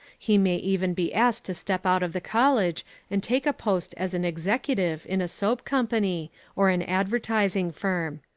he may even be asked to step out of the college and take a post as an executive in a soap company or an advertising firm.